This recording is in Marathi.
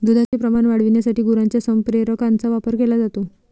दुधाचे प्रमाण वाढविण्यासाठी गुरांच्या संप्रेरकांचा वापर केला जातो